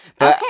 Okay